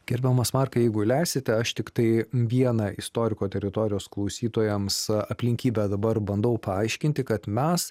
gerbiamas markai jeigu leisite aš tiktai vieną istoriko teritorijos klausytojams aplinkybę dabar bandau paaiškinti kad mes